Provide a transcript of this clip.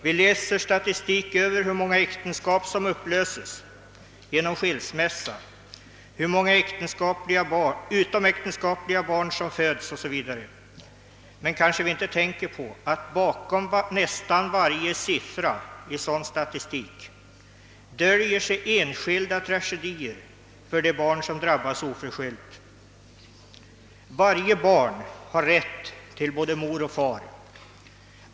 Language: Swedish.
Vi läser statistik över hur många äktenskap som upplöses genom skilsmässa och hur många utomäktenskapliga barn som födes o.s. v., men vi tänker kanske inte på att det bakom nästan varje sådan statistisk siffra döljer sig personliga tragedier för barn som drabbas oförskyllt. Varje barn har rätt till både mor och far.